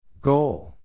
Goal